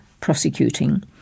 prosecuting